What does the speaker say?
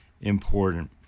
important